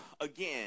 again